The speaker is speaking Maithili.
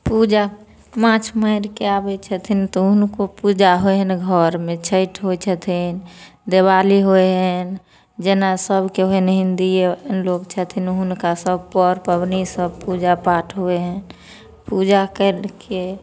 पूजा माछ मारिके आबै छथिन तऽ हुनको पूजा होइ हन घरमे छठि होइ छथिन देवाली होइ हैन जेना सबके होइ हन हिन्दिए लोक छथिन हुनका सब पर पबनी सब पूजा पाठ होय हय पूजा कैर के